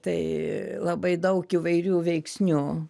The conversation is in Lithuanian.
tai labai daug įvairių veiksnių